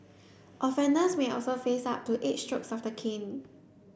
offenders may also face up to eight strokes of the cane